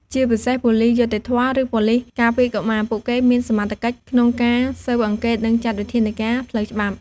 ជាពិសេសប៉ូលិសយុត្តិធម៌ ឬប៉ូលិសការពារកុមារ ពួកគេមានសមត្ថកិច្ចក្នុងការស៊ើបអង្កេត និងចាត់វិធានការផ្លូវច្បាប់។